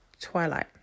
twilight